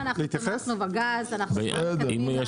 לא יודע.